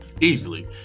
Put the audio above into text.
easily